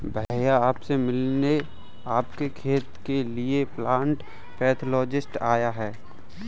भैया आप से मिलने आपके खेत के लिए प्लांट पैथोलॉजिस्ट आया है